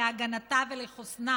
להגנתה ולחוסנה